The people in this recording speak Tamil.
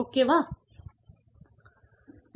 ஓகேவா